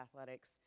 athletics